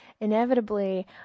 inevitably